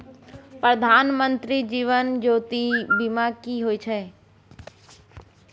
प्रधानमंत्री जीवन ज्योती बीमा की होय छै?